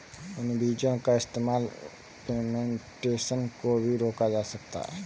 इन बीजो का इस्तेमाल पिग्मेंटेशन को भी रोका जा सकता है